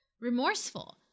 remorseful